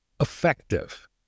effective